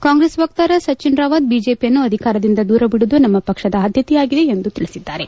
ಕಾಂಗ್ರೆಸ್ ವಕ್ತಾರ ಸಚಿನ್ ರಾವತ್ ಬಿಜೆಪಿಯನ್ನು ಅಧಿಕಾರದಿಂದ ದೂರವಿಡುವುದು ನಮ್ನ ಪಕ್ಷದ ಆದ್ದತೆಯಾಗಿದೆ ಎಂದು ತಿಳಿಸಿದ್ದಾರೆ